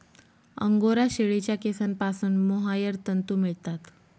angora शेळीच्या केसांपासून mohair तंतू मिळतात